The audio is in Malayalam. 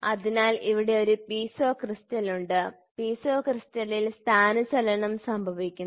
അതിനാൽ ഇവിടെ ഒരു പീസോ ക്രിസ്റ്റൽ ഉണ്ട് പീസോ ക്രിസ്റ്റലിൽ സ്ഥാനചലനം സംഭവിക്കുന്നു